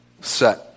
set